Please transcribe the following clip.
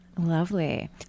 Lovely